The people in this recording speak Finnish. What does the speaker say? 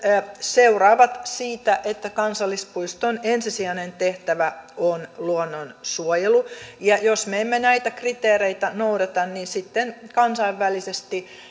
seuraavat siitä että kansallispuiston ensisijainen tehtävä on luonnonsuojelu ja jos me emme näitä kriteereitä noudata niin sitten kansainvälisesti